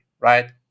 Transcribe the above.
right